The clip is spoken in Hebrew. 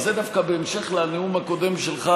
וזה דווקא בהמשך לנאום הקודם שלך